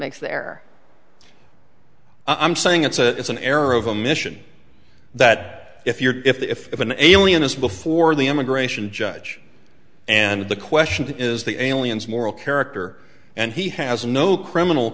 makes their i'm saying it's a it's an error of a mission that if you're if an alien is before the immigration judge and the question is the aliens moral character and he has no criminal